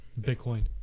Bitcoin